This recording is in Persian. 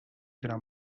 تونم